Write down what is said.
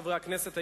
חברי הכנסת,